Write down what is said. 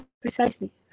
precisely